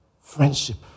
Friendship